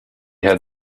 had